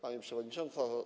Pani Przewodnicząca!